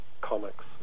comics